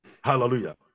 Hallelujah